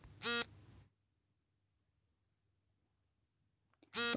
ಒಂದು ಎಕರೆ ಭೂಮಿಯಲ್ಲಿ ಉತ್ತಮ ತೂಕದ ಮೆಕ್ಕೆಜೋಳಕ್ಕಾಗಿ ಎಷ್ಟು ಹಣದ ರಸಗೊಬ್ಬರ ಖರ್ಚು ಮಾಡಬೇಕು?